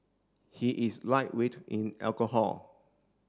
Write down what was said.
he is lightweight in alcohol